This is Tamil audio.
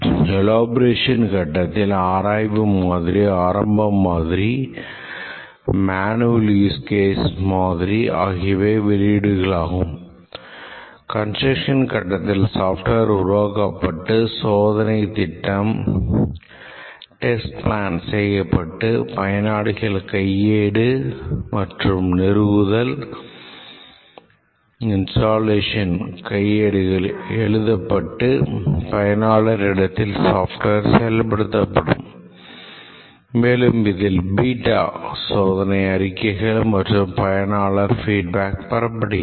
எலோபரேஷன் கட்டத்தில் ஆராய்வு மாதிரி ஆரம்ப மாதிரி மேனுவல் யூஸ்கேஸ் மாதிரி ஆகியவை வெளியீடுகளாகும் கன்ஸ்டரக்ஷன் கட்டத்தில் software உருவாக்கப்பட்டு சோதனை திட்டம் சோதனை அறிக்கைகள் மற்றும் பயனாளர் feedback பெறப்படுகிறது